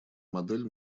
модель